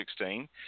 2016